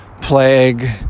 plague